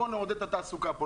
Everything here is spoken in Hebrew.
בואו נעודד את התעסוקה פה.